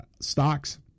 stocks